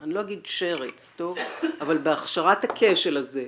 אני לא אגיד שרץ אבל בהכשרת הכשל הזה,